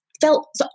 felt